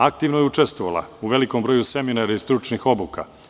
Aktivno je učestvovala u velikom broju seminara i stručnih obuka.